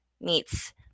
meets